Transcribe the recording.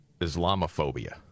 Islamophobia